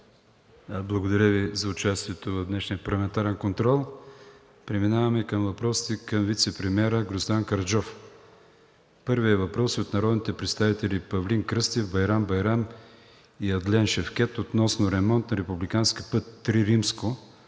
Благодаря Ви за участието в днешния парламентарен контрол. Преминаваме към въпросите към вицепремиера Гроздан Караджов. Първият въпрос е от народните представители Павлин Кръстев, Байрам Байрам и Адлен Шевкед относно ремонта на републикански път III-86-53,